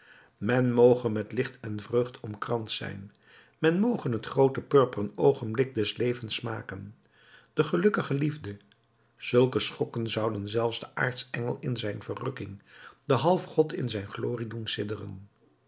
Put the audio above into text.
men moge met licht en vreugd omkranst zijn men moge het groote purperen oogenblik des levens smaken de gelukkige liefde zulke schokken zouden zelfs den aartsengel in zijn verrukking den halfgod in zijn glorie doen